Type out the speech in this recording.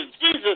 Jesus